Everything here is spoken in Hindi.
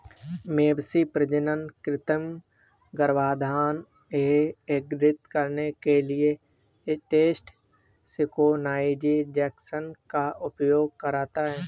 मवेशी प्रजनन कृत्रिम गर्भाधान यह इंगित करने के लिए एस्ट्रस सिंक्रोनाइज़ेशन का उपयोग करता है